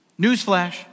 Newsflash